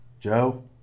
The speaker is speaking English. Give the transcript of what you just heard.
Joe